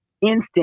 instant